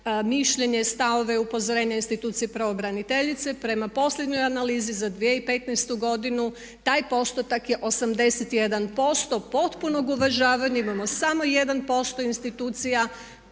mišljenje, stavove upozorenja institucije pravobraniteljice. Prema posljednjoj analizi za 2015. taj postotak je 81% potpuno uvažavani. Imamo samo 1% institucija